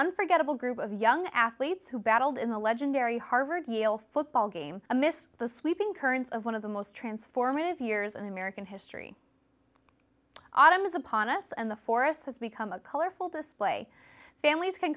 unforgettable group of young athletes who battled in the legendary harvard yale football game a missed the sweeping currents of one of the most transformative years in american history autumn is upon us and the forest has become a colorful display families can